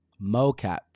mocap